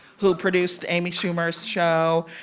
who produced amy schumer's show,